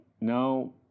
Now